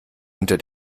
unter